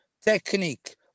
technique